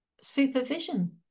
supervision